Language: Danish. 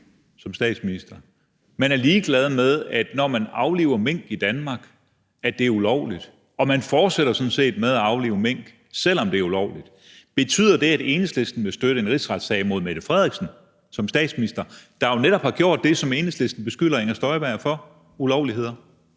ligeglad med loven. Man er ligeglad med, at det er ulovligt, når man afliver mink i Danmark, og man fortsætter sådan set med at aflive mink, selv om det er ulovligt. Betyder det, at Enhedslisten vil støtte en rigsretssag mod statsministeren, der jo netop har begået det, som Enhedslisten beskylder Inger Støjberg for, nemlig ulovligheder?